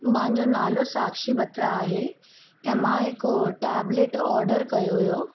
मुंहिंजो नालो साक्षी बत्रा आहे ऐं मां हिक टेबलेट ऑडर कयो हुयो